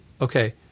okay